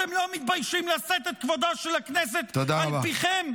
אתם לא מתביישים לשאת את כבודה של הכנסת על פיכם?